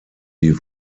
die